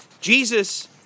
Jesus